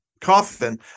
coffin